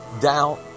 doubt